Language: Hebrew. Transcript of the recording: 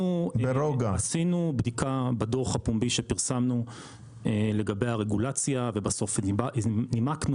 אנחנו עשינו בדיקה בדוח הפומבי שפרסמנו לגבי הרגולציה ובסוף נימקנו